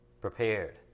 prepared